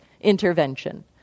intervention